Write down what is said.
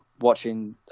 watching